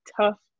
tough